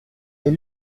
est